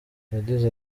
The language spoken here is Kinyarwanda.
yagize